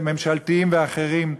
ממשלתיים ואחרים,